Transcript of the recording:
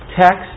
text